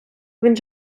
він